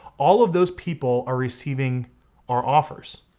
all of those people are receiving our offers,